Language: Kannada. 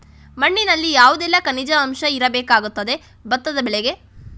ಮಣ್ಣಿನಲ್ಲಿ ಯಾವುದೆಲ್ಲ ಖನಿಜ ಅಂಶ ಇರಬೇಕಾಗುತ್ತದೆ ಭತ್ತದ ಬೆಳೆಗೆ?